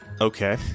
Okay